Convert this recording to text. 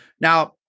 Now